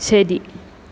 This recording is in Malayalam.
ശരി